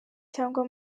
cyangwa